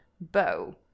bow